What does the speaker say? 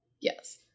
Yes